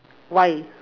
why